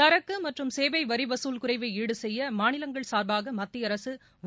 சரக்கு மற்றும் சேவை வரி வசூல் குறைவை ஈடு செய்ய மாநிலங்கள் சார்பாக மத்திய அரசு ஒரு